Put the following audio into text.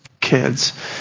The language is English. kids